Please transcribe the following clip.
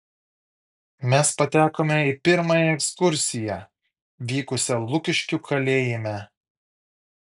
mes patekome į pirmąją ekskursiją vykusią lukiškių kalėjime